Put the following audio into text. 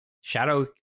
shadow